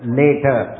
later